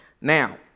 Now